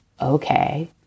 okay